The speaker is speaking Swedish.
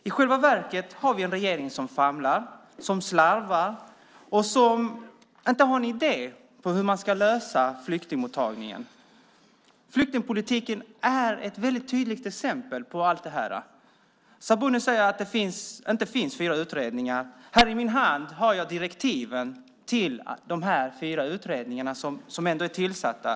I själva verket har vi en regering som famlar, slarvar och inte har en aning om hur man ska lösa flyktingmottagningen. Flyktingpolitiken är ett tydligt exempel på allt detta. Sabuni säger att det inte finns några fyra utredningar. Här i min hand har jag direktiven till de fyra utredningar som ändå är tillsatta.